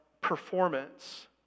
performance